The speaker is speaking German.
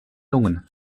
lungen